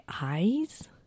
eyes